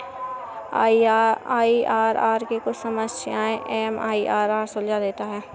IRR की कुछ समस्याएं एम.आई.आर.आर सुलझा देता है